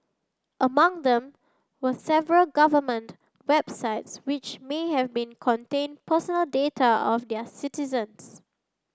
among them were several government websites which may have been contained personal data of their citizens